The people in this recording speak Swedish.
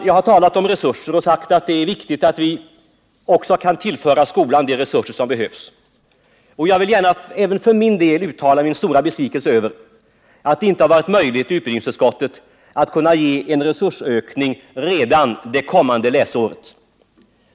Jag har talat om resurser och sagt att det är viktigt att vi också kan tillföra skolan de resurser som behövs. Jag vill gärna även för min del uttala en stor besvikelse över att det inte har varit möjligt i utbildningsutskottet att ge en resursökning redan det kommande läsåret.